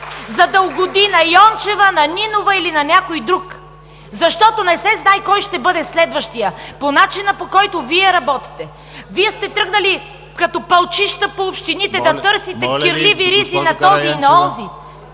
за да угоди на Йончева, на Нинова или на някой друг. Защото не се знае кой ще бъде следващият по начина, по който Вие работите. Вие сте тръгнали като пълчища по общините да търсите… ПРЕДСЕДАТЕЛ ДИМИТЪР